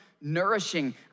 nourishing